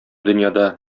дөньяда